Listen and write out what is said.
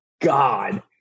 God